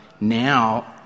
now